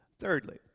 Thirdly